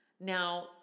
Now